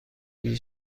های